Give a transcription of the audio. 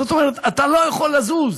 זאת אומרת, אתה לא יכול לזוז.